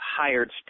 hired